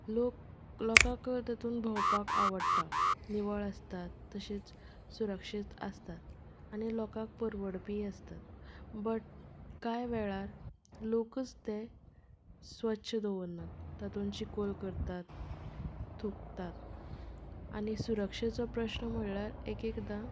लोक लोकांकूय तातूंत भोंवपाक आवडटा निवळ आसतात तशेंच सुरक्षीत आसतात आनी लोकांक परवडपीय आसतात बट कांय वेळार लोकूच ते स्वच्छ दवरनात तातूंत चिखोल करतात थुकतात आनी सुरक्षेचो प्रस्न म्हणल्यार एकएकदां